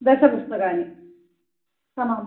दशपुस्तकानि आमां